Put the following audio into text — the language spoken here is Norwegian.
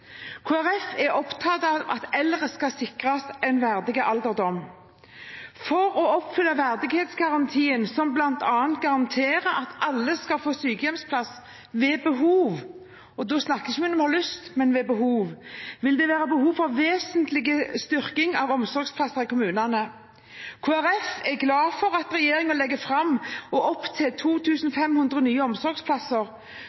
Folkeparti er opptatt av at eldre skal sikres en verdig alderdom. For å oppfylle verdighetsgarantien, som bl.a. garanterer at alle skal få sykehjemsplass ved behov – og da snakker vi ikke om når man har lyst, men ved behov – vil det være behov for en vesentlig styrking av antall omsorgsplasser i kommunene. Kristelig Folkeparti er glad for at regjeringen legger opp til